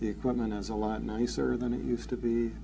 the equipment has a lot nicer than it used to be